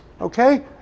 okay